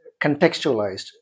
contextualized